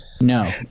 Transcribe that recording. No